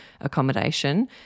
accommodation